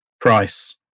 price